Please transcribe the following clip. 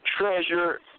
treasure